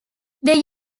they